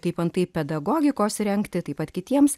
kaip antai pedagogikos rengti taip pat kitiems